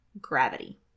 gravity